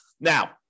Now